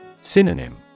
Synonym